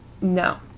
No